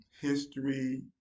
History